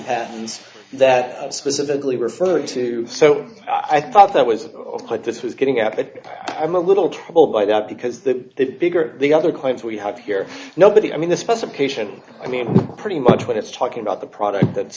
gotten that specifically referring to so i thought that was quite this was getting at but i'm a little troubled by that because the bigger the other claims we have here nobody i mean the specification i mean pretty much what it's talking about the product that